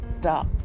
stop